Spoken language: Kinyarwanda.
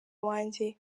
wanjye